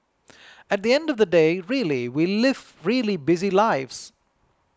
at the end of the day really we live really busy lives